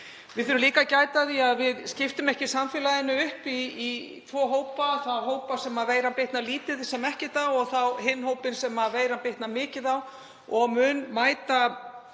Við þurfum líka að gæta að því að við skiptum ekki samfélaginu upp í tvo hópa, þann hóp sem veiran bitnar lítið sem ekkert á og svo þann hópinn sem veiran bitnar mikið á og mun mæta